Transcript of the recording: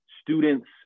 students